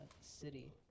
city